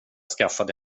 skaffade